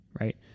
Right